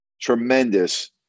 tremendous